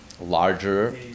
larger